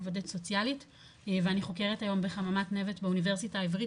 עובדת סוציאלית ואני חוקרת היום בחממת נבט באוניברסיטה העברית,